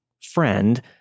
friend